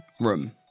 room